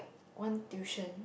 one tuition